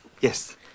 yes